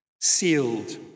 sealed